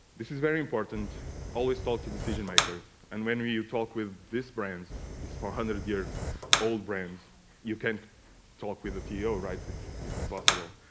this is very important always talk to decision makers and when we you talk with this brands is four hundred years old brains you can't talk with the ceo right it's it's impossible